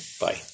Bye